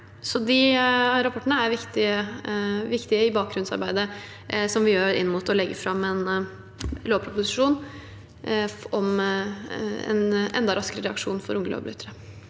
De rapportene er viktige i bakgrunnsarbeidet vi gjør inn mot å legge fram en lovproposisjon om en enda raskere reaksjon overfor unge lovbrytere.